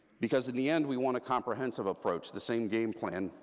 because in the end, we want a comprehensive approach, the same game plan,